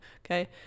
okay